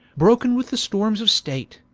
broken with the stormes of state,